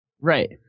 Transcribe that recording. Right